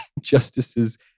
Justices